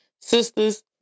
Sisters